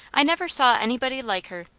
i never saw anybody like her.